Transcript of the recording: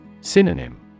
Synonym